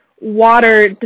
water